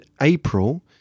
April